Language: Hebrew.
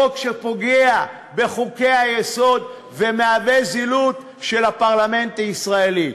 שפוגעת בחוקי-היסוד ומהווה זילות של הפרלמנט הישראלי.